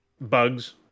Bugs